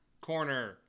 corner